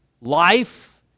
life